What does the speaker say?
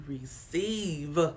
receive